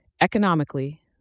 Economically